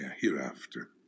hereafter